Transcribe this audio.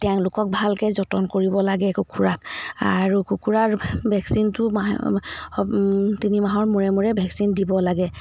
তেওঁলোকক ভালকৈ যতন কৰিব লাগে কুকুৰাক আৰু কুকুৰাৰ ভেকচিনটো মাহ তিনি মাহৰ মূৰে মূৰে ভেকচিন দিব লাগে